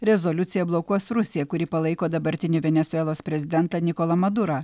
rezoliuciją blokuos rusija kuri palaiko dabartinį venesuelos prezidentą nikolą madurą